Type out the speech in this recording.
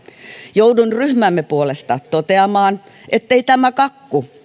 joudun ryhmämme puolesta toteamaan ettei tämä kakku